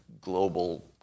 global